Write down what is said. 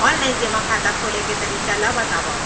Online जेमा खाता खोले के तरीका ल बतावव?